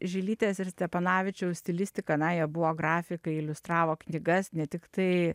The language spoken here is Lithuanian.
žilytės ir stepanavičiaus stilistika na jie buvo grafikai iliustravo knygas ne tiktai